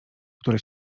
które